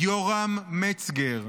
יורם מצגר,